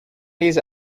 these